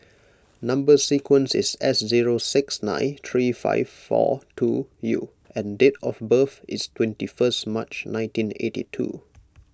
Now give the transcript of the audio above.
Number Sequence is S zero six nine three five four two U and date of birth is twenty first March nineteen eighty two